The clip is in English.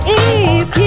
ease